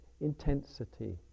intensity